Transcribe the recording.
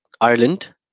Ireland